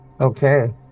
Okay